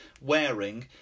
wearing